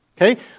Okay